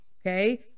okay